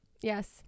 Yes